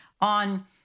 on